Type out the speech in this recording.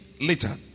later